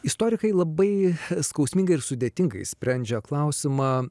istorikai labai skausmingai ir sudėtingai sprendžia klausimą